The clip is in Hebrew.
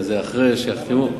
וזה אחרי שיחתמו,